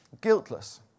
guiltless